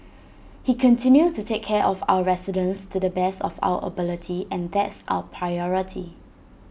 he continue to take care of our residents to the best of our ability and that's our priority